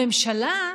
הממשלה,